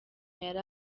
yari